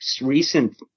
recent